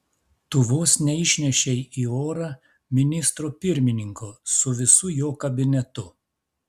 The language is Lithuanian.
tu vos neišnešei į orą ministro pirmininko su visu jo kabinetu